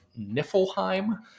niflheim